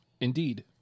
Indeed